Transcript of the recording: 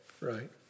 Right